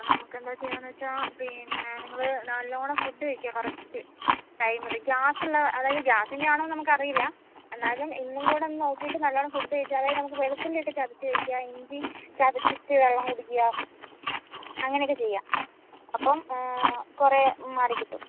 അപ്പം നമുക്കെന്താ ചെയ്യാമെന്നുവെച്ചാൽ പിന്നെ നിങ്ങൾ നല്ലവണ്ണം ഫുഡ് കഴിക്കുക കറക്റ്റ് ടൈമിൽ ഗ്യാസുള്ള അതായത് ഗ്യാസിന്റെ ആണോയെന്ന് നമുക്കറിയില്ല എന്നാലും ഇന്നും കൂടെ ഒന്നു നോക്കീട്ട് നല്ലോണം ഫുഡ് കഴിച്ചാൽ അതായത് വെളുത്തുള്ളി ഒക്കെ ചതച്ചു കഴിക്കാം ഇഞ്ചി ചതച്ചിട്ട് വെള്ളം കുടിക്കുക അങ്ങനെയൊക്കെ ചെയ്യാം അപ്പോൾ കുറേ മാറി കിട്ടും